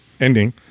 ending